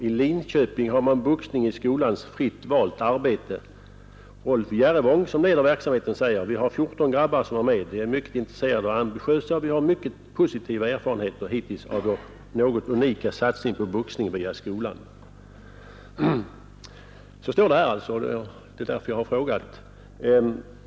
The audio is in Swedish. I Linköping har man boxning i skolans ”Fritt valt arbete”. Rolf Jerrevång, som leder verksamheten säger: — Vi har 14 grabbar, som är med. De är mycket intresserade och ambitiösa och vi har mycket positiva erfarenheter hittills av vår något unika satsning på boxning via skolan.” Så står det här, och det är därför jag frågat.